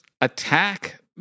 attack